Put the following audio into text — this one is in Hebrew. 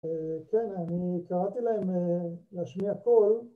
‫כן, אני קראתי להם להשמיע קול.